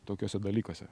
tokiuose dalykuose